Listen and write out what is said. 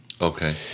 Okay